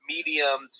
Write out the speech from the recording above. Medium